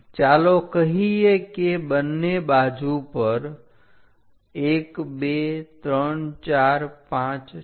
ચાલો કહીએ કે બંને બાજુ પર 1 2 3 4 5 છે